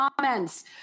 comments